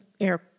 air